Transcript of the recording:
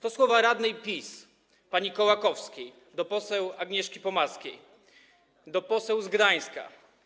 To słowa radnej PiS pani Kołakowskiej do poseł Agnieszki Pomaskiej, do poseł z Gdańska.